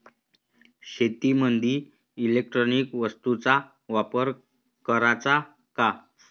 शेतीमंदी इलेक्ट्रॉनिक वस्तूचा वापर कराचा का?